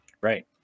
right